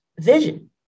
vision